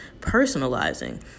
personalizing